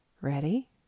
Ready